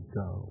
go